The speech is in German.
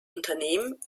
unternehmen